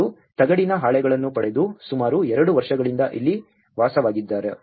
ಅವರು ತಗಡಿನ ಹಾಳೆಗಳನ್ನು ಪಡೆದು ಸುಮಾರು ಎರಡು ವರ್ಷಗಳಿಂದ ಇಲ್ಲಿ ವಾಸವಾಗಿದ್ದಾರೆ